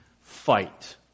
fight